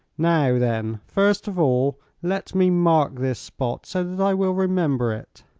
now, then, first of all let me mark this spot, so that i will remember it.